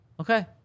Okay